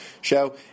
show